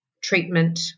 treatment